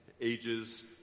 ages